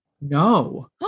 No